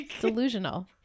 Delusional